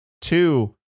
Two